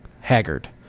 haggard